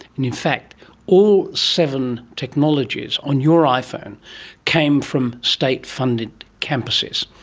and in fact all seven technologies on your iphone came from state funded campuses,